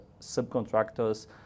subcontractors